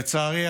לצערי,